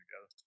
together